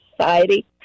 society